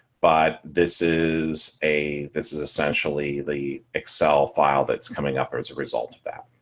but this is a this is essentially the excel file that's coming up as a result of that.